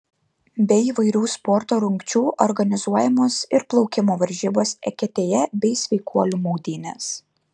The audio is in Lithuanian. be įvairių sporto rungčių organizuojamos ir plaukimo varžybos eketėje bei sveikuolių maudynės